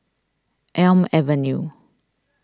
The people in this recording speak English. Elm Avenue